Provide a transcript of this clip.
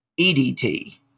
EDT